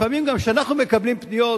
לפעמים גם אנחנו מקבלים פניות,